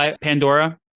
Pandora